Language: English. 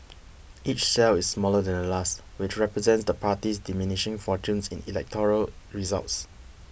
each cell is smaller than the last which represents the party's diminishing fortunes in electoral results